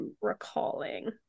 recalling